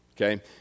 okay